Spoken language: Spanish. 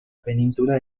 península